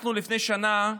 לפני שנה,